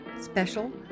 special